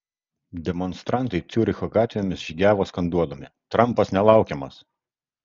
demonstrantai ciuricho gatvėmis žygiavo skanduodami trampas nelaukiamas